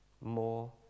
more